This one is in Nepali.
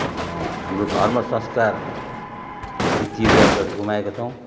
हाम्रो धर्म संस्कार रीति रिवाजहरू गुमाएका छौँ